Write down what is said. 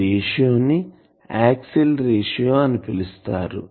ఈ రేషియో ను axial ratio అని పిలుస్తారు